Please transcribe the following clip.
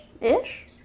ish